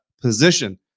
position